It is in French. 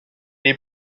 est